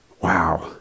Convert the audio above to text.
Wow